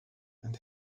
and